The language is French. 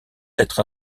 être